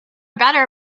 better